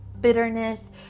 bitterness